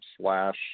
slash